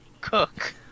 cook